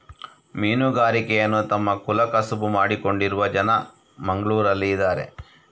ಮೀನುಗಾರಿಕೆಯನ್ನ ತಮ್ಮ ಕುಲ ಕಸುಬು ಮಾಡಿಕೊಂಡಿರುವ ಜನ ಮಂಗ್ಳುರಲ್ಲಿ ಇದಾರೆ